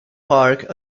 park